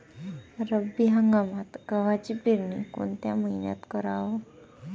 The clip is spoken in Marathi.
रब्बी हंगामात गव्हाची पेरनी कोनत्या मईन्यात कराव?